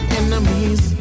enemies